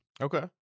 Okay